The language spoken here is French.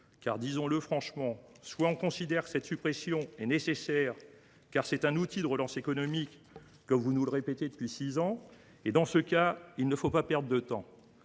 Disons le franchement : soit l’on considère que cette suppression est nécessaire, car il s’agit d’un outil de relance économique, comme vous nous le répétez depuis six ans, et, dans ce cas, il ne faut pas perdre de temps.